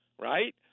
right